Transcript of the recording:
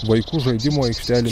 vaikų žaidimų aikštelė